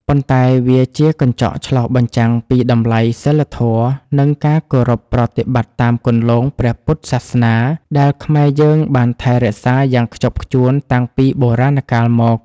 ប៉ុន្តែវាជាកញ្ចក់ឆ្លុះបញ្ចាំងពីតម្លៃសីលធម៌ និងការគោរពប្រតិបត្តិតាមគន្លងព្រះពុទ្ធសាសនាដែលខ្មែរយើងបានថែរក្សាយ៉ាងខ្ជាប់ខ្ជួនតាំងពីបុរាណកាលមក។